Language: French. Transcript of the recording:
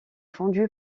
fondue